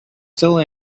still